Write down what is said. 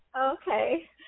Okay